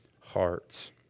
hearts